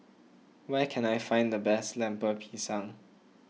where can I find the best Lemper Pisang